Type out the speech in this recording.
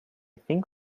think